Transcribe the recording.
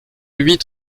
huit